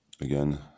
again